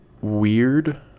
weird